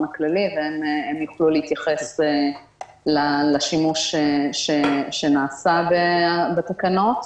הכללי והם יוכלו להתייחס לשימוש נעשה בתקנות.